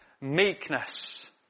meekness